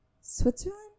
Switzerland